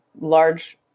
large